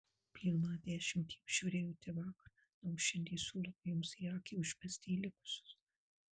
pirmą dešimtį apžiūrėjote vakar na o šiandien siūlome jums akį užmesti į likusius